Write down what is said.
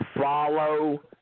follow